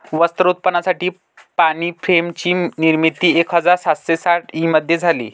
वस्त्र उत्पादनासाठी पाणी फ्रेम ची निर्मिती एक हजार सातशे साठ ई मध्ये झाली